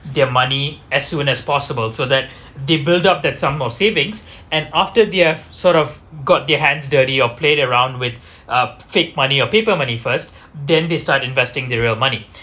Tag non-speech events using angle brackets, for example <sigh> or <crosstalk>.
their money as soon as possible so that <breath> they build up that sum of savings and after they've sort of got their hands dirty or played around with uh fake money or paper money first then they start investing the real money